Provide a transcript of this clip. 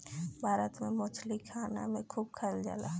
भारत में मछरी खाना में खूब खाएल जाला